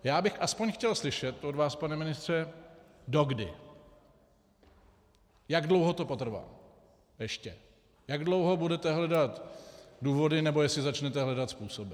Já bych aspoň chtěl slyšet od vás, pane ministře, dokdy, jak dlouho to potrvá ještě, jak dlouho budete hledat důvody, nebo jestli začnete hledat způsoby.